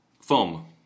foam